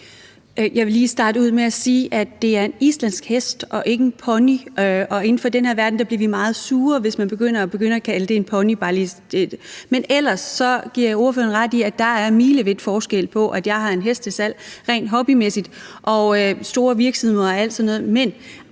Jeg vil lige starte ud med at sige, at det er en islandsk hest og ikke en pony, og inden for den her verden bliver vi meget sure, hvis man begynder at kalde det en pony. Men ellers giver jeg ordføreren ret i, at der er milevid forskel på det, at jeg har en hest til salg rent hobbymæssigt, og det med store virksomheder